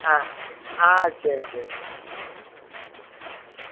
ஆ ஆ சரி சரிங்க ம்